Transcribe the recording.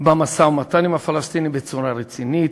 כבוד נשיא מדינת ישראל, כבוד יושב-ראש הכנסת.